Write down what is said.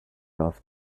off